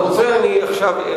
אתה רוצה, אני עכשיו,